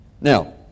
Now